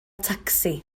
tacsi